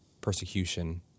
persecution